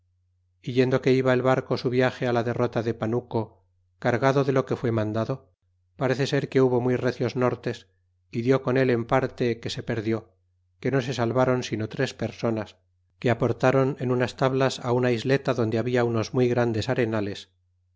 yendo que iba el barco su viage la derrota de panuco cargado de lo que fue mandado parece ser que hubo muy recios nortes y dió con él en parte que se perdió que no se salvron sino tres personas que aportron en unas tablas una isleta donde habla unos muy grandes arenales